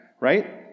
right